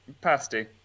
Pasty